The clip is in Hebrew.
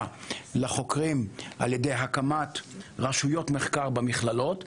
לחוקרים ע"י הקמת רשויות מחקר במכללות.